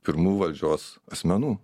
pirmų valdžios asmenų